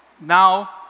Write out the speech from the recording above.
Now